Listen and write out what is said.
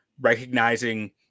recognizing